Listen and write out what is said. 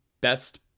best